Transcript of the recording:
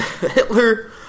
Hitler